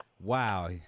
Wow